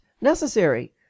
necessary